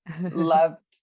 loved